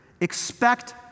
Expect